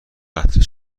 قطره